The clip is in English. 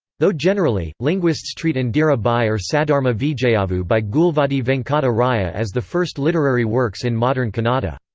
though generally, linguists treat indira bai or saddharma vijayavu by gulvadi venkata raya as the first literary works in modern kannada.